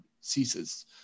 ceases